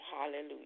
Hallelujah